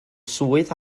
swydd